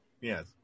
Yes